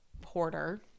porter